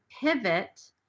pivot